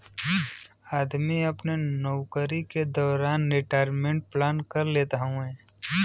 आदमी अपने नउकरी के दौरान आपन रिटायरमेंट प्लान कर लेत हउवे